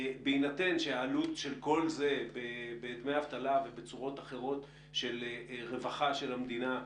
בהינתן שהעלות של כל זה בדמי אבטלה ובצורות אחרות של רווחה של המדינה,